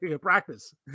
Practice